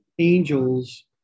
angels